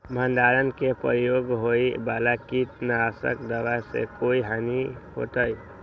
भंडारण में प्रयोग होए वाला किट नाशक दवा से कोई हानियों होतै?